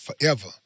forever